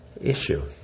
issue